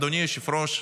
אדוני היושב-ראש,